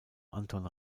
anton